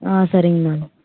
ஆ சரிங்கம்மா